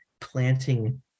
planting